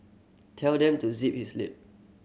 tell them to zip his lip